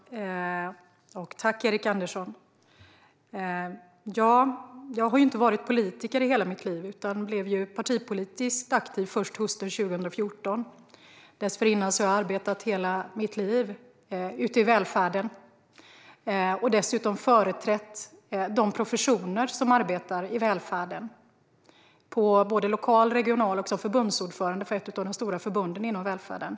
Fru talman! Tack, Erik Andersson! Jag har ju inte varit politiker i hela mitt liv. Jag blev partipolitiskt aktiv först hösten 2014. Dessförinnan har jag arbetat hela mitt liv ute i välfärden och också företrätt de professioner som arbetar i välfärden, på både lokal och regional nivå och dessutom som förbundsordförande för ett av de stora förbunden inom välfärden.